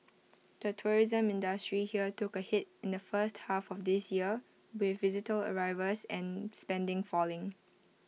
the tourism industry here took A hit in the first half of this year with visitor arrivals and spending falling